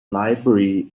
library